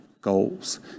goals